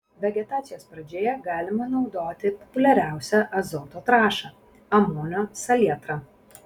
vegetacijos pradžioje galima naudoti populiariausią azoto trąšą amonio salietrą